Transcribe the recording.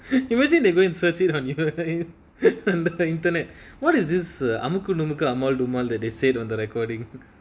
imagine they go and search it in your on that the internet what is this amukudumuku amaal dumaal that they said on the recording